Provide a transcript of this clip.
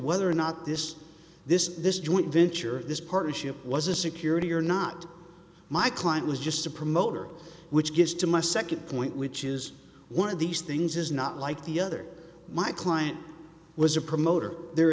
whether or not this this this joint venture this partnership was a security or not my client was just a promoter which gives to my second point which is one of these things is not like the other my client was a promoter there